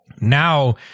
Now